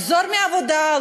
לחזור מהעבודה,